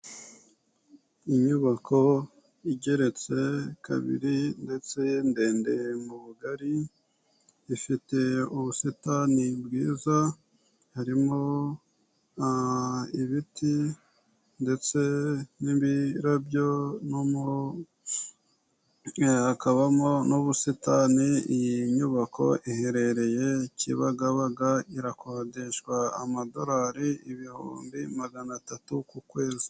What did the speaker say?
Inyubako igeretse kabiri ndetse ndende mu bugari, ifite ubusitani bwiza harimo ibiti ndetse n'ibirabyo no mu hakabamo n'ubusitani, iyi nyubako iherereye kibagabaga irakodeshwa amadorari ibihumbi magana atatu ku kwezi.